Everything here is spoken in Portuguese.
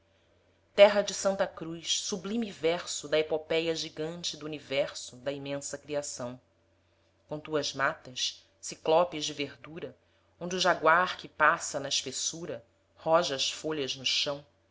terra de santa cruz sublime verso da epopéia gigante do universo da imensa criação com tuas matas ciclopes de verdura onde o jaguar que passa na espessura roja as folhas no chão